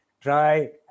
try